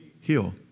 heal